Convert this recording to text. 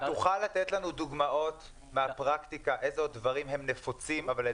תוכל לתת לנו דוגמאות מהפרקטיקה איזה דברים הם נפוצים אבל,